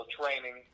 training